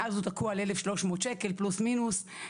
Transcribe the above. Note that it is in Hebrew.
מאז הוא תקוע על כ-1,300 ₪ פלוס מינוס.